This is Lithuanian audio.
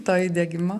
to įdiegimo